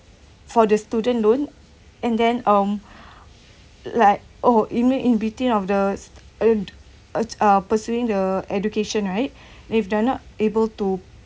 for the student loan and then um like oh you mean in between of those earned uh pursuing the education right if they're not able to